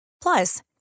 Plus